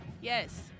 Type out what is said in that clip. Yes